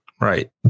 Right